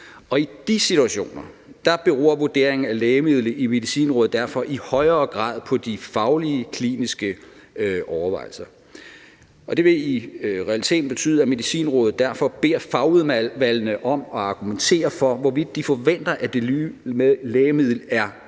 I de situationer beror vurderingen af lægemidlet i Medicinrådet derfor i højere grad på de faglige kliniske overvejelser. Og det vil i realiteten betyde, at Medicinrådet derfor beder fagudvalgene om at argumentere for, hvorvidt de forventer, at det nye lægemiddel er bedre,